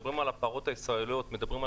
כשמדברים על הפרות הישראליות מדברים על